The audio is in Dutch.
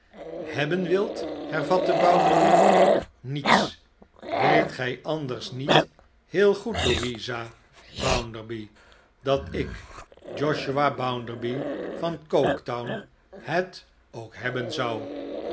hebben wilt hervatte bounderby niets weet gij anders niet heel goed louisa bounderby dat ik josiah bounderby van coketown het ook hebben zou